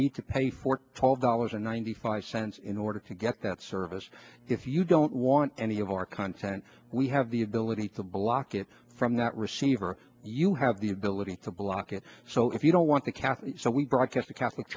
need to pay for toll dollars and ninety five cents in order to get that service if you don't want any of our content we have the ability to block it from that receiver you have the ability to block it so if you don't want to cathy so we broadcast a catholic